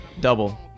Double